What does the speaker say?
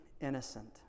innocent